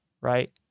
right